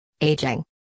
Aging